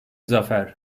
zafer